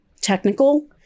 technical